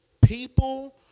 people